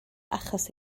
achos